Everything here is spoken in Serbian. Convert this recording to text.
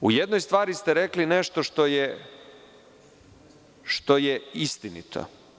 U jednoj stvari ste rekli nešto što je istinito.